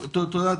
תודה.